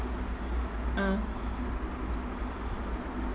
ah